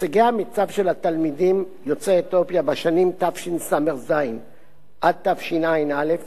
הישגי המיצ"ב של התלמידים יוצאי אתיופיה בשנים תשס"ז עד תשע"א